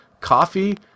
coffee